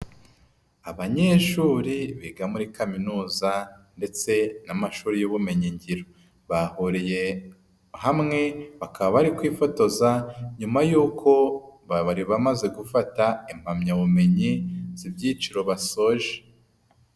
Abanyeshuri biga muri kaminuza ndetse n'amashuri y'ubumenyin ngiro, bahuriye hamwe bakaba bari kwifotoza, nyuma y'ukoreba bamaze gufata impamyabumenyi z'ibyiciro basoje.